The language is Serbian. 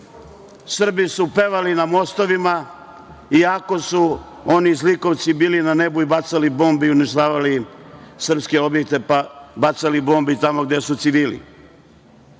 Srbi su pevali na mostovima i ako su oni zlikovci bili na nebu i bacali bombe i uništavali srpske objekte, pa bacali bombe i tamo gde su